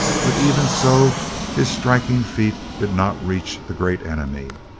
but even so his striking feet did not reach the great enemy.